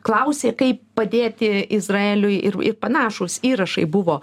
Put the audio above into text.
klausė kaip padėti izraeliui ir panašūs įrašai buvo